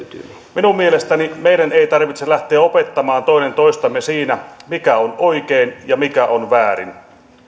minun mielestäni meidän ei tarvitse lähteä opettamaan toinen toistamme siinä mikä on oikein ja mikä on väärin